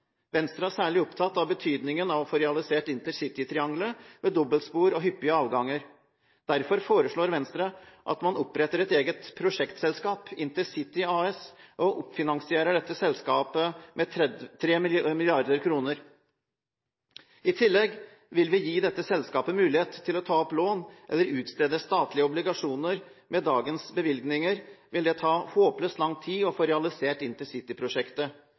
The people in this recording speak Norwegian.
Venstre er særlig opptatt av betydningen av å få realisert intercitytriangelet med dobbeltspor og hyppige avganger. Derfor foreslår Venstre at man oppretter et eget prosjektselskap – InterCity AS – og oppfinansierer dette selskapet med 3 mrd. kr. I tillegg vil vi gi dette selskapet mulighet til å ta opp lån eller utstede statlige obligasjoner. Med dagens bevilgninger vil det ta håpløst lang tid å få realisert intercityprosjektet. Med Venstres forslag kan det stå ferdig i